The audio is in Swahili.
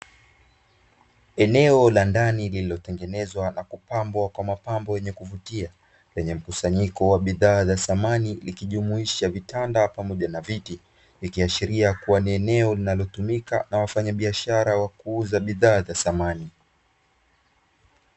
Eneo la ndani lililotengenezwa na kupambwa kwa mapambo yenye kuvutia lenye mkusanyiko wa bidhaa za samani, likijumuisha vitanda pamoja na viti. Ikiashiria kuwa ni eneo linalotumika na wafanyabiashara wa kuuza bidhaa za samani.